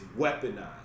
weaponized